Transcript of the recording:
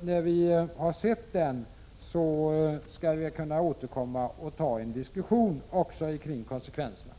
När vi har sett resultatet av den skall vi kunna återkomma och föra en diskussion även om konsekvenserna.